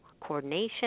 coordination